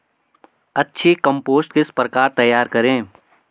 अच्छी कम्पोस्ट किस प्रकार तैयार करें?